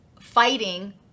fighting